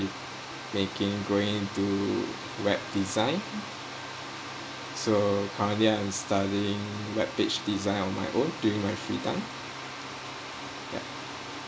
make it going into web design so currently I am studying web page design on my own during my free time ya